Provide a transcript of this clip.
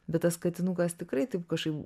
bet tas katinukas tikrai taip kažkaip